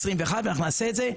ואנחנו נעשה את זה.